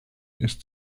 ist